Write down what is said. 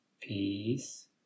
Peace